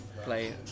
Play